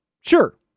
Sure